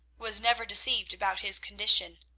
was never deceived about his condition,